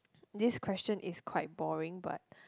this question is quite boring but